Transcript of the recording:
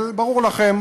אבל ברור לכם